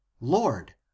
Lord